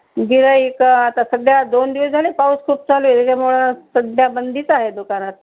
गिऱ्हाईक आता सध्या दोन दिवस झाले पाऊस खूप चालू आहे त्याच्यामुळं सध्या बंदीचं आहे दुकानात